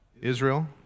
Israel